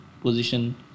position